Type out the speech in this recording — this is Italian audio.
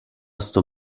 sto